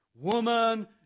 Woman